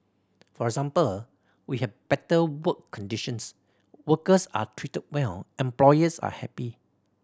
for example we have better work conditions workers are treated well employers are happy